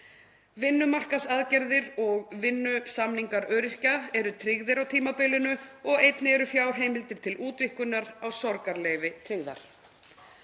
Vinnumarkaðsaðgerðir og vinnusamningar öryrkja eru tryggðir á tímabilinu og einnig eru fjárheimildir til útvíkkunar á sorgarleyfi tryggðar.